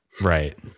Right